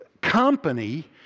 company